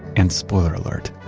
and spoiler alert,